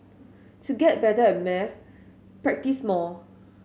to get better at maths practise more